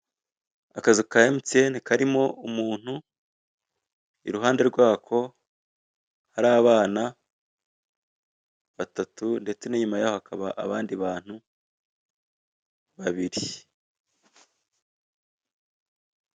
Akazu ka Emutiyeni karimo umuntu, iruhande rwako hari abana batatu, ndetse n'inyuma yaho hakaba abandi bantu babiri.